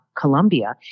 Colombia